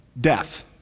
death